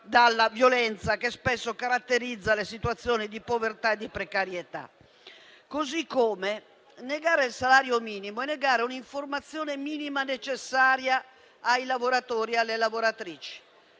dalla violenza che spesso caratterizza le situazioni di povertà e precarietà. Allo stesso modo, negare il salario minimo è negare un'informazione minima necessaria ai lavoratori e alle lavoratrici.